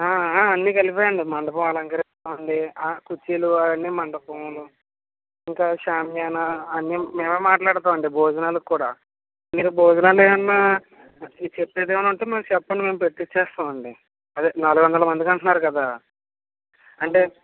అన్నీ కలిపే అండి మండపం అలంకరిస్తామండి కుర్చీలు అవన్నీ మండపంలోని ఇంకా షామియానా అన్నీ మేమే మాట్లాడుతామండి భోజనాలక్కూడా మీరు భోజనాలేమన్నా చెప్పేదేమన్నా ఉంటే మాకు చెప్పండి మేము పెట్టిచ్చేస్తామండి అదే నాలుగొందల మందికంటున్నారు కదా అంటే